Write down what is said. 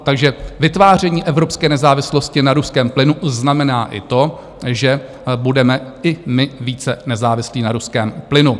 Takže vytváření evropské nezávislosti na ruském plynu znamená i to, že budeme i my více nezávislí na ruském plynu.